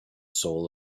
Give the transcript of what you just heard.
soul